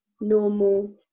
normal